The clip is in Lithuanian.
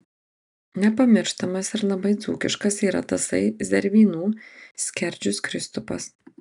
nepamirštamas ir labai dzūkiškas yra tasai zervynų skerdžius kristupas